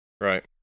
right